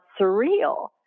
surreal